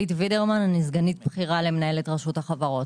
שלום, אני סגנית בכירה למנהלת רשות החברות,